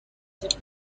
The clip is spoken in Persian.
سفر